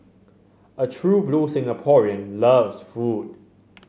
a true blue Singaporean loves food